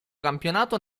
campionato